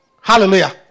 Hallelujah